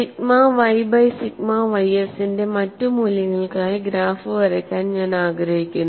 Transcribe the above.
sigma y by sigma ys ന്റെ മറ്റ് മൂല്യങ്ങൾക്കായി ഗ്രാഫ് വരയ്ക്കാൻ ഞാൻ ആഗ്രഹിക്കുന്നു